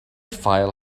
file